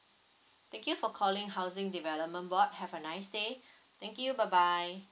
thank you for calling housing development board have a nice day thank you bye bye